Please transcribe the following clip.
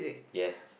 yes